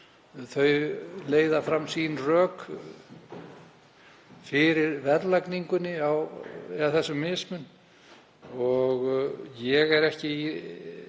Þau leiða fram sín rök fyrir verðlagningunni og þessum mismun. Ég er ekki í